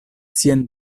sian